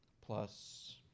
plus